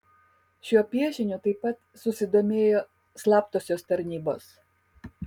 šiuo piešiniu taip pat susidomėjo slaptosios tarnybos